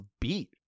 beat